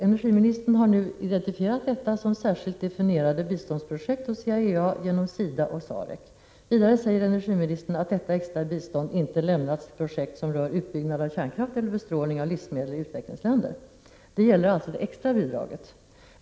Energiministern har nu identifierat detta som särskilt definierade biståndsprojekt hos IAEA genom SIDA och SAREC. Vidare säger energiministern att detta extra bistånd inte lämnas till projekt som rör utbyggnad av kärnkraft eller bestrålning av livsmedel i utvecklingsländer. Detta gäller alltså det extra bidraget.